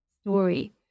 story